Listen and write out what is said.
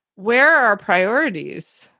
where are our priorities?